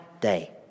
day